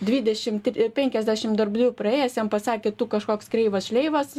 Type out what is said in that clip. dvidešim penkiasdešim darbdavių praėjęs jam pasakė tu kažkoks kreivas šleivas